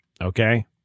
okay